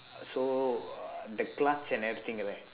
so uh the clutch and everything at where